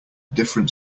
different